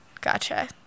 gotcha